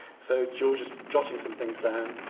so george is jotting some things down.